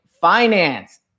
finance